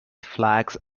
flags